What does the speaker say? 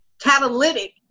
catalytic